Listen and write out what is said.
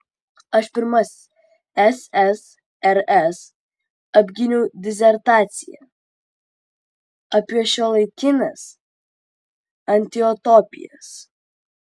aš pirmasis ssrs apgyniau disertaciją apie šiuolaikines antiutopijas